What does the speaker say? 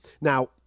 Now